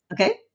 Okay